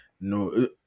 no